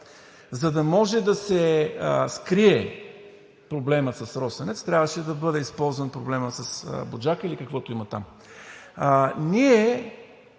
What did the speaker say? За да може да се скрие проблемът с „Росенец“, трябваше да бъде използван проблемът с „Буджака“ или каквото има там.